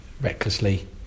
recklessly